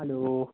hello